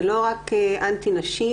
זה לא אנטי נשים,